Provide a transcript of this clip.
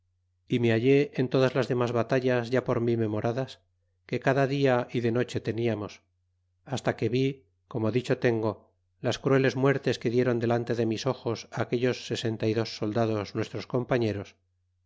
y me hallé en todas las demas batallas ya por mi memoradas que cada dia y de noche teniamos hasta que vi como dicho tengo las crueles muertes que dieron delante de mis ojos aquellos sesenta y dos soldados nuestros compañeros